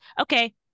okay